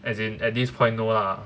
as in at this point no lah